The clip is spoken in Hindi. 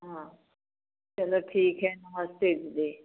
हाँ चलो ठीक है नमस्ते दीदी